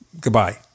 Goodbye